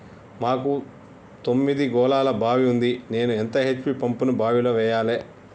మాకు తొమ్మిది గోళాల బావి ఉంది నేను ఎంత హెచ్.పి పంపును బావిలో వెయ్యాలే?